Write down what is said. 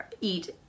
eat